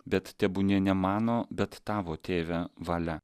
bet tebūnie ne mano bet tavo tėve valia